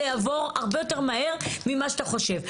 זה יעבור הרבה יותר מהר ממה שאתה חושב.